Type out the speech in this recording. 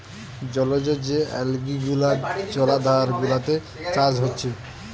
জলজ যে অ্যালগি গুলা জলাধার গুলাতে চাষ হচ্ছে